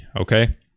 okay